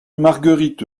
marguerite